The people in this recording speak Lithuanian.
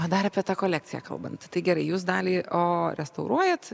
padarė apie tą kolekciją kalbant tai gerai jūs dalį o restauruojat